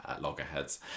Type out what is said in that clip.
loggerheads